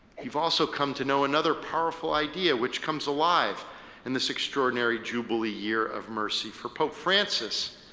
you've also come to know another powerful idea which comes alive in this extraordinary jubilee year of mercy. for pope francis,